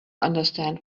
understand